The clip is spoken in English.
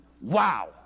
wow